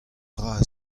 dra